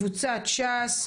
קבוצת ש"ס,